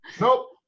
Nope